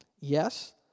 Yes